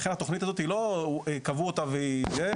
לכן התכנית הזו קבעו אותה וזהו,